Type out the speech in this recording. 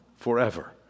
forever